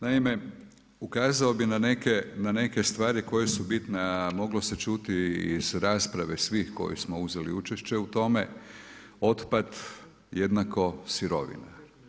Naime, ukazao bih na neke stvari koje su bitne a moglo se čuti i iz rasprave svih koji smo uzeli učešće u tome, otpad jednako sirovina.